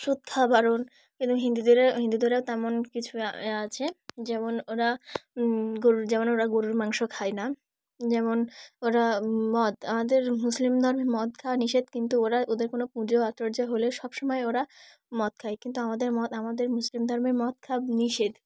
সুদ খাওয়া বারণ কিন্তু হিন্দুদেরা হিন্দুদেরাও তেমন কিছু আছে যেমন ওরা গরু যেমন ওরা গরুর মাংস খায় না যেমন ওরা মদ আমাদের মুসলিম ধর্মে মদ খাওয় নিষেধ কিন্তু ওরা ওদের কোনো পুজো অর্চনা হলে সব সমময় ওরা মদ খায় কিন্তু আমাদের মদ আমাদের মুসলিম ধর্মের মদ খাওয়া নিষেধ